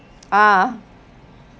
ah